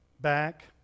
back